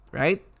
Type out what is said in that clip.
right